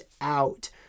out